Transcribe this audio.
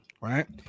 right